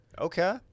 Okay